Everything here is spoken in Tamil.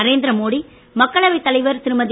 நரேந்திரமோடிஇ மக்களவைத் தலைவர் திருமதி